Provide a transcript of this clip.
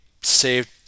saved